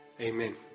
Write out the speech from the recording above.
Amen